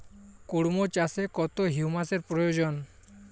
কুড়মো চাষে কত হিউমাসের প্রয়োজন?